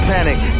Panic